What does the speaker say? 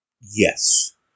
Yes